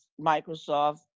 Microsoft